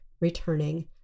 returning